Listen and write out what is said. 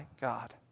God